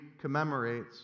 commemorates